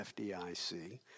FDIC